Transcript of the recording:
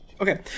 Okay